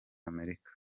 amerika